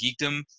geekdom